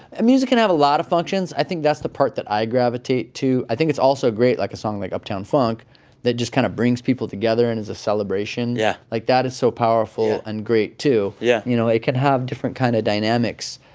and music can have a lot of functions. i think that's the part that i gravitate to. i think it's also great, like, a song like uptown funk that just kind of brings people together and is a celebration. yeah like, that is so powerful. yeah. and great, too yeah you know, it can have different kind of dynamics.